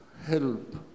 Help